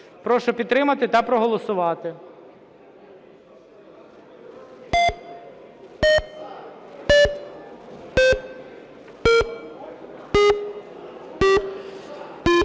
Прошу підтримати та проголосувати.